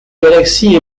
galaxies